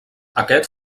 aquest